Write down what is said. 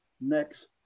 next